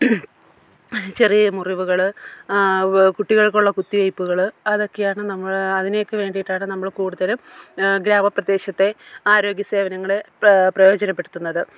ചെറിയ മുറിവുകൾ കുട്ടികൾക്കുള്ള കുത്തി വയ്പ്പുകൾ അതൊക്കെയാണ് നമ്മൾ അതിനൊക്കെ വേണ്ടിയിട്ടാണ് നമ്മൾ കൂടുതലും ഗ്രാമ പ്രദേശത്തെ ആരോഗ്യ സേവനങ്ങൾ പ്രയോജനപ്പെടുത്തുന്നത്